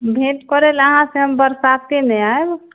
भेट करैलए अहाँसँ हम बरसातेमे आएब